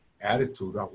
attitude